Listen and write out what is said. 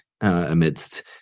amidst